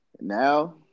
now